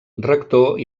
rector